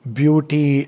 beauty